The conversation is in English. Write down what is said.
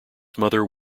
mother